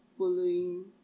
Following